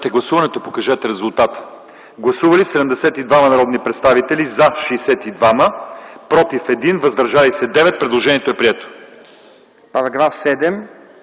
Параграф 16.